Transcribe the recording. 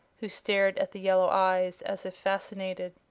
who stared at the yellow eyes as if fascinated.